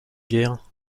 guerre